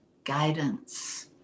guidance